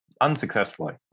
unsuccessfully